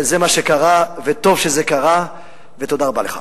זה מה שקרה, וטוב שזה קרה, ותודה רבה לך.